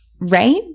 right